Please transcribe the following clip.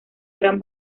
gran